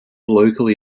locally